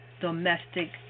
domestic